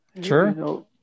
Sure